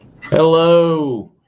Hello